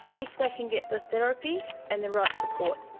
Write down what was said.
if they can get the therapy and the right support.